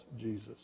Jesus